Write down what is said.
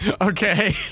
Okay